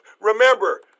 remember